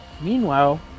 Meanwhile